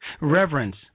Reverence